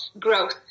growth